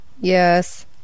Yes